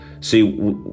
See